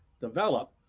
develop